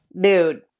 Dude